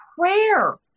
prayer